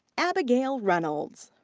abigail reynolds.